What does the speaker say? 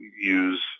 use